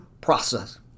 process